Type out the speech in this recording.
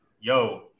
yo